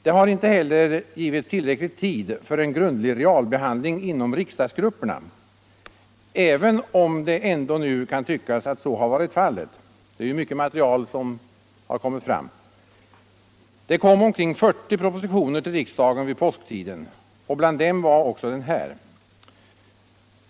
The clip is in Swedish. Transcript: Det har inte heller givits tillräcklig tid för en grundlig realbehandling inom riksdagsgrupperna, även om det ändå nu kan tyckas att så har varit fallet. Mycket material har ju kommit fram. Det kom omkring 40 propositioner till riksdagen vid påsktiden, och bland dem var också den här.